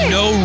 no